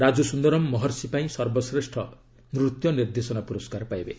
ରାଜୁ ସୁନ୍ଦରମ୍ 'ମହର୍ଷି' ପାଇଁ ସର୍ବଶ୍ରେଷ୍ଠ ନୃତ୍ୟ ନିର୍ଦ୍ଦେଶନା ପୁରସ୍କାର ପାଇବେ